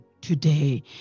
today